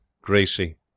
Gracie